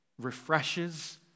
refreshes